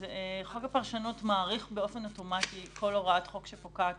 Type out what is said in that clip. חוק הפרשנות מאריך באופן אוטומטי כל הוראת חוק שפוקעת